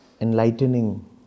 enlightening